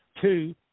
Two